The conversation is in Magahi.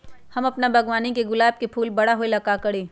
हम अपना बागवानी के गुलाब के फूल बारा होय ला का करी?